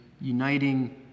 uniting